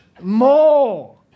more